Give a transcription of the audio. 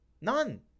None